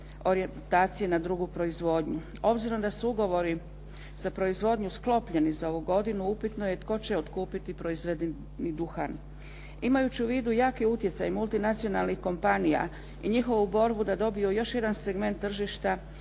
na drugu proizvodnju. Obzirom da su ugovori za proizvodnju sklopljeni za ovu godinu, upitno je tko će otkupiti proizvedeni duhan. Imajući u vidu jaki utjecaj multinacionalnih kompanija i njihovu borbu da dobiju još jedan segment tržišta